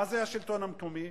מה זה השלטון המקומי?